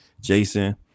Jason